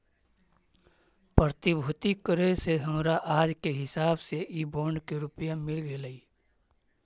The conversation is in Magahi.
प्रतिभूति करे से हमरा आज के हिसाब से इ बॉन्ड के रुपया मिल गेलइ